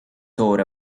thought